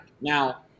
Now